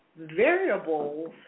Variables